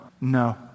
No